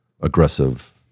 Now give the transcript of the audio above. aggressive